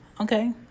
Okay